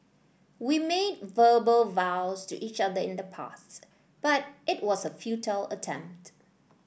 we made verbal vows to each other in the past but it was a futile attempt